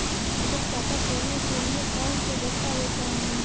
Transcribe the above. बचत खाता खोलने के लिए कौनसे दस्तावेज़ चाहिए?